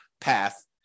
path